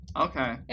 Okay